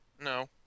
No